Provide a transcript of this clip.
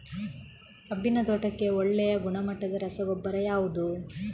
ಕಬ್ಬಿನ ತೋಟಕ್ಕೆ ಒಳ್ಳೆಯ ಗುಣಮಟ್ಟದ ರಸಗೊಬ್ಬರ ಯಾವುದು?